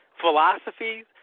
philosophies